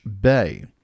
Bay